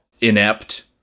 inept